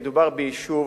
מדובר ביישוב